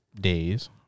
days